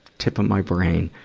tip of my brain.